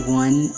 one